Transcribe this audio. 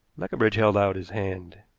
leconbridge held out his hand.